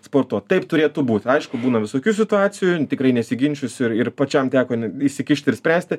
sportuot taip turėtų būt aišku būna visokių situacijų tikrai nesiginčysiu ir ir pačiam teko įsikišti ir spręsti